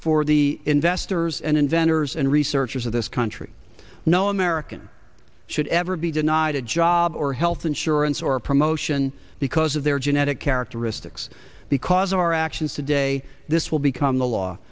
for the investors and inventors and researchers of this country no american should ever be denied a job or health insurance or a promotion because of their genetic characteristics because our actions today this will become the law